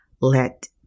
let